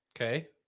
Okay